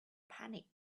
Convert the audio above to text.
panic